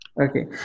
Okay